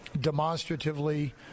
demonstratively